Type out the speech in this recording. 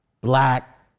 black